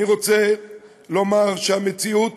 אני רוצה לומר שהמציאות